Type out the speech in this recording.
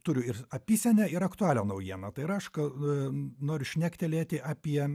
turiu ir apysenę ir aktualią naujieną tai aš noriu šnektelėti apie